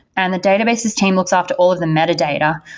and the database's team looks after all of the metadata.